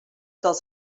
dels